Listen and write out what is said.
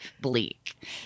bleak